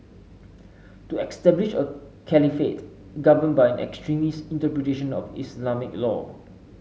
to establish a caliphate governed by an extremist interpretation of Islamic law